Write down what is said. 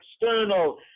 external